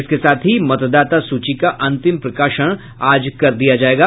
इसके साथ ही मतदाता सूची का अंतिम प्रकाशन आज कर दिया जायेगा